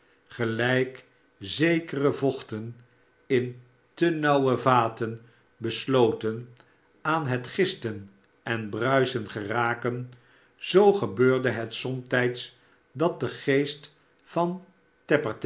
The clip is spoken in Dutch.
gelijk zekere vochten in te nauwe vaten besloten aan het gisten en bruisen geraken zoo gebeurde het ook somtijds dat de geest van